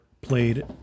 played